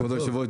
כבוד היושב-ראש,